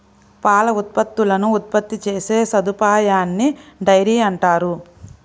పాల ఉత్పత్తులను ఉత్పత్తి చేసే సదుపాయాన్నిడైరీ అంటారు